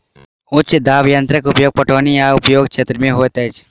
उच्च दाब यंत्रक उपयोग पटौनी आ उद्योग क्षेत्र में होइत अछि